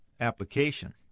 application